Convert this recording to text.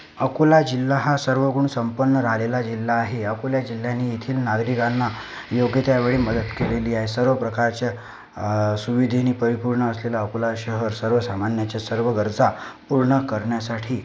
अकोला जिल्हा हा सर्वगुणसंपन्न राहिलेला जिल्हा आहे अकोला जिल्ह्याने येथील नागरिकांना योग्य त्यावेळी मदत केलेली आहे सर्व प्रकारच्या सुविधेनी परिपूर्ण असलेले अकोला शहर सर्वसामान्याच्या सर्व गरजा पूर्ण करण्यासाठी